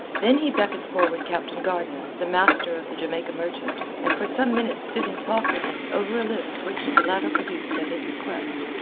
then he beckoned forward captain gardner, the master of the jamaica merchant, and for some minutes stood in talk with him over a list which the latter produced at his request.